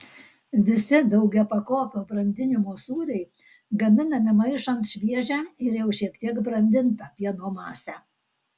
visi daugiapakopio brandinimo sūriai gaminami maišant šviežią ir jau šiek tiek brandintą pieno masę